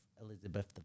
Elizabeth